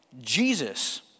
Jesus